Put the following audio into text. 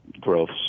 growth